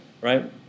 right